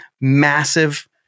massive